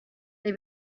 they